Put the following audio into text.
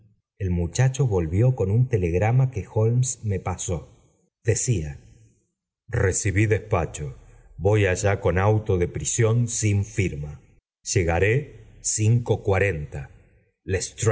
el muchacho volvió con un telegrama que molmes me pasó decía becibí despacho voy allá con auto de prisión sin firma llegaré cinco cuarenta